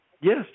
Yes